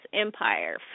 empire